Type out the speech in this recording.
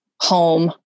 home